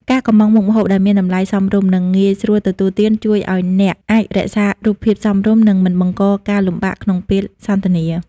ការកម្ម៉ង់មុខម្ហូបដែលមានតម្លៃមធ្យម និងងាយស្រួលទទួលទាន ជួយឱ្យអ្នកអាចរក្សារូបភាពសមរម្យ និងមិនបង្កការលំបាកក្នុងពេលសន្ទនា។